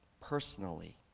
personally